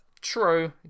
true